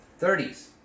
30s